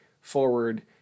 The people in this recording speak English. forward